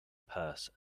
purse